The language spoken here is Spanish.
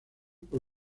por